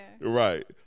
Right